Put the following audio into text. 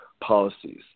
policies